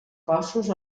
cossos